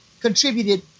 contributed